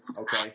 okay